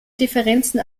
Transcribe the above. differenzen